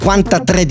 53